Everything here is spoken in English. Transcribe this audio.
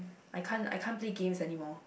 I can't I can't play games anymore